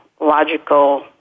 logical